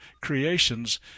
creations